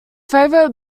favorite